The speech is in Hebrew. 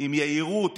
עם יהירות,